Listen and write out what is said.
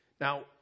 Now